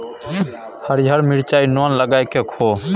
हरियर मिरचाई नोन लगाकए खो